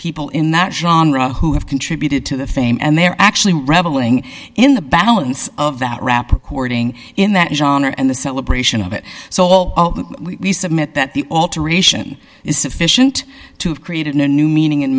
people in that genre who have contributed to the fame and they're actually reveling in the balance of that rap recording in that genre and the celebration of it so we submit that the alteration is sufficient to have created a new meaning and